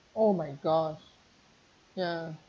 oh my gosh ya